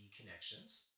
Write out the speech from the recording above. Connections